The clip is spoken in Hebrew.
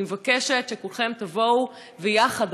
אני מבקשת שכולכם תבואו ויחד,